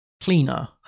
cleaner